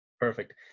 Perfect